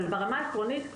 אבל ברמה העקרונית,